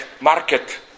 market